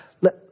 Let